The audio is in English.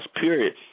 period